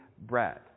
bread